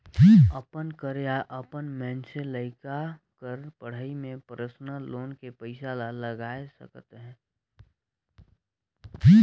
अपन कर या अपन मइनसे लइका कर पढ़ई में परसनल लोन के पइसा ला लगाए सकत अहे